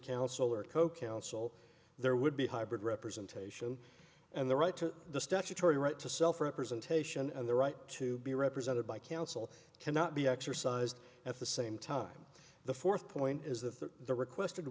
counsel or co counsel there would be hybrid representation and the right to the statutory right to self representation and the right to be represented by counsel cannot be exercised at the same time the fourth point is the requested